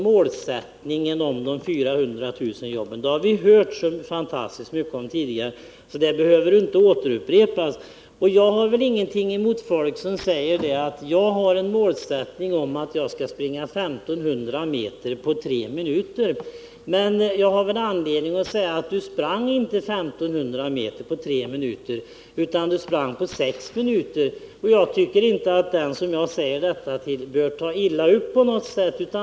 Målsättningarna att skaffa fram 400 000 nya jobb har vi hört så fantastiskt mycket om tidigare, Bertil Jonasson, så det behöver inte upprepas. Jag har ingenting emot folk som säger att de har till målsättning att springa 1500 m på tre minuter. Men jag har anledning att påpeka resultatet: Du sprang inte 1500 m på tre minuter — du sprang på sex minuter. Jag tycker inte att den som jag säger detta till bör ta illa upp på något sätt.